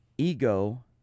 Ego